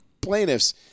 plaintiffs